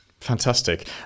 Fantastic